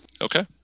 Okay